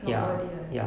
not worth it lah